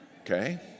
Okay